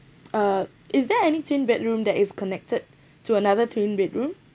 uh is there any twin bedroom that is connected to another twin bedroom